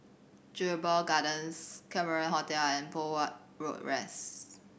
Jedburgh Gardens Cameron Hotel and Poh Huat Road West